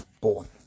born